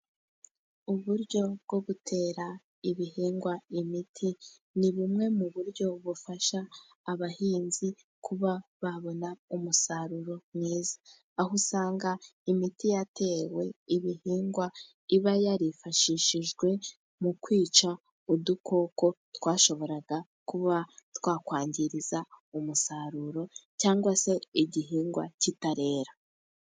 Uburyo bwo gutera ibihingwa imiti ni bumwe mu buryo bufasha abahinzi kuba babona umusaruro mwiza . Aho usanga imiti yatewe ibihingwa iba yarifashishijwe mu kwica udukoko twashoboraga kuba twakwangiriza umusaruro cyangwa se igihingwa kitarera.